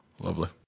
Lovely